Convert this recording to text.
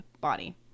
body